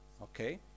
Okay